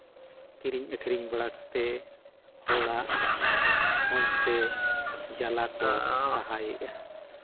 ᱠᱤᱨᱤᱧ ᱟᱹᱠᱷᱨᱤᱧ ᱵᱟᱲᱟ ᱠᱟᱛᱮᱫ ᱦᱚᱲᱟᱜ ᱠᱷᱚᱡᱽ ᱥᱮ ᱡᱟᱞᱟ ᱠᱚ ᱥᱟᱦᱟᱭᱮᱫᱼᱟ